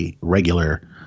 regular